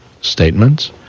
statements